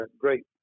great